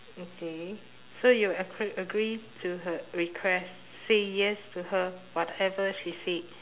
okay so you agr~ agree to her request say yes to her whatever she said